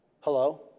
Hello